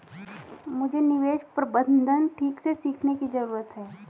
मुझे निवेश प्रबंधन ठीक से सीखने की जरूरत है